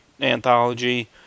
anthology